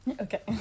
Okay